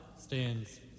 stands